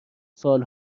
سال